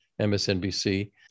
MSNBC